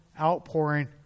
outpouring